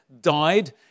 died